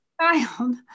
child